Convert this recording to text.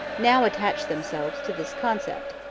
now attach themselves to this concept,